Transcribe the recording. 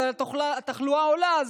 התחלואה עולה,